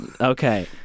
Okay